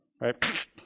right